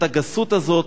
את הגסות הזאת,